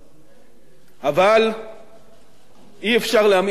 אבל אי-אפשר להמעיט בחומרת הפיגוע,